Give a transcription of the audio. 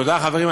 תודה, חברים.